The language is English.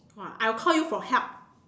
!wah! I will call you for help